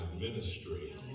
ministry